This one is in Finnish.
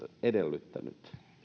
edellyttänyt